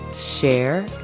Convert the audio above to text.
Share